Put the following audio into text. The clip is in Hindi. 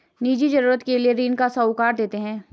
निजी जरूरत के लिए भी ऋण साहूकार देते हैं